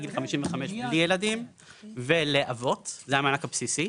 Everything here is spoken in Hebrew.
גיל 55 בלי ילדים ולאבות; זה המענק הבסיסי.